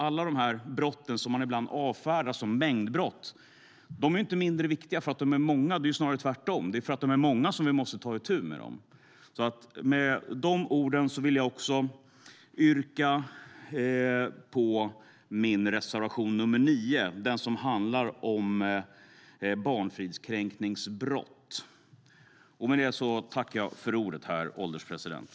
Alla de brott som man ibland avfärdar som mängdbrott är inte mindre viktiga för att de är många. Det är snarare tvärtom. Det är för att de är många som vi måste ta itu med dem. Med dessa ord vill jag yrka bifall till min reservation 9 som handlar om barnfridskränkningsbrott.